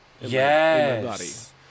yes